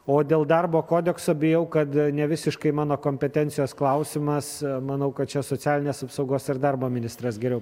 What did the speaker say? o dėl darbo kodekso bijau kad nevisiškai mano kompetencijos klausimas manau kad čia socialinės apsaugos ir darbo ministras geriau